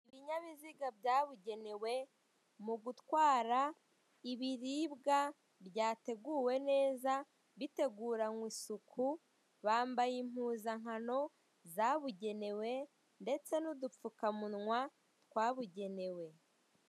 Ibinyabiziga byabugenewe mu gutwara ibiribwa byateguwe neza, biteguranwe isuku; bambaye impuzankano zabugenewe ndetse n'udupfukamunwa twabugenewe.